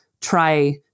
try